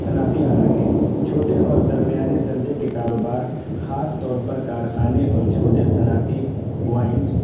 صنعتی علاقے چھوٹے اور درمیانے درجے کے کاروبار خاص طور پر کارخانے اور چھوٹے صنعتی پوائنٹس